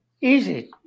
easy